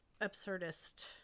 absurdist